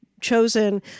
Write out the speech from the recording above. chosen